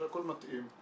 שהכל מתאים.